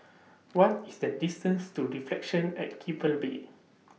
What IS The distance to Reflections At Keppel Bay